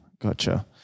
Gotcha